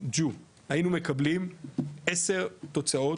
Jude היינו מקבלים עשר תוצאות,